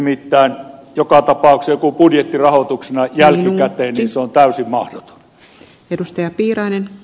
nimittäin joka tapauksessa budjettirahoituksena jälkikäteen se on täysin mahdoton